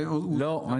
לא.